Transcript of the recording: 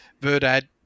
Verdad